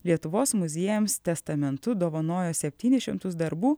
lietuvos muziejams testamentu dovanojo septynis šimtus darbų